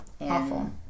Awful